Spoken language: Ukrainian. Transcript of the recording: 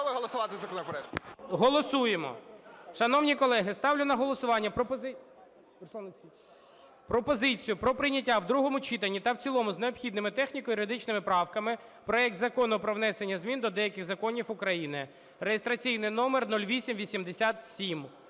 Голосуємо. Шановні колеги, ставлю на голосування пропозицію про прийняття в другому читанні та в цілому з необхідними техніко-юридичними правками проект Закону про внесення змін до деяких законів України (реєстраційний номер 0887).